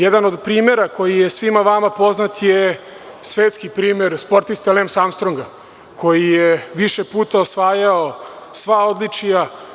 Jedan od primera koji je svima vama poznat je svetski primer sportiste Leomsa Armstronga koji je više puta osvajao sva odličja.